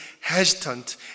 hesitant